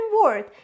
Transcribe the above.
word